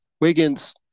wiggins